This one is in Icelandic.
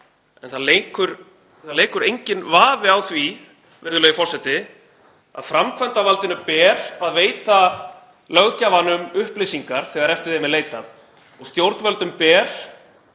En það leikur enginn vafi á því, virðulegi forseti, að framkvæmdarvaldinu ber að veita löggjafanum upplýsingar þegar eftir þeim er leitað og stjórnvöldum ber